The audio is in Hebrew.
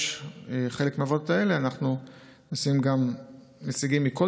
בחלק מהוועדות האלה אנחנו נשים נציגים מכל